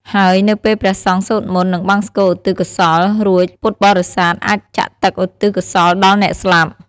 ហើយនៅពេលព្រះសង្ឃសូត្រមន្ត និងបង្សុកូលឧទ្ទិសកុសល រួចពុទ្ធបរិស័ទអាចចាក់ទឹកឧទ្ទិសកុសលដល់អ្នកស្លាប់។